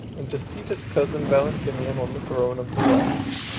and to seat his cousin valentinian on the throne of the west.